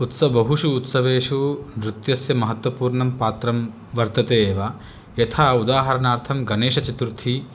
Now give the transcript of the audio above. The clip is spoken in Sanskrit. उत्स बहुषु उत्सवेषु नृत्यस्य महत्वपूर्णं पात्रं वर्तते एव यथा उदाहरणार्थं गणेशचतुर्थी